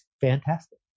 fantastic